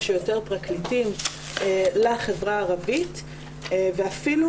שיותר פרקליטים לחברה הערבית ואפילו,